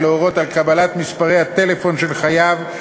להורות על קבלת מספרי הטלפון של חייב,